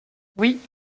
oui